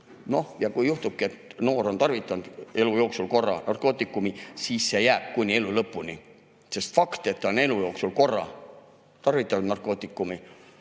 Ja kui juhtub, et noor on tarvitanud elu jooksul korra narkootikumi, siis see jääb kuni elu lõpuni [andmetesse]. Sest see, et ta on elu jooksul korra tarvitanud narkootikumi,